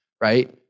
right